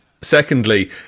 secondly